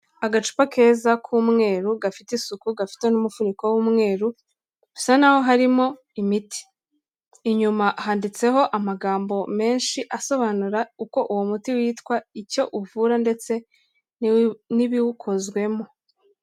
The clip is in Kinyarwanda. Agacupa keza k'umweru gafite isuku gafite n'umufuniko w'umweru bisa na ho harimo imiti, inyuma handitseho amagambo menshi asobanura uko uwo muti witwa, icyo uvura ndetse n'ibiwukozwemo.